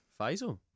Faisal